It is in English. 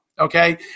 okay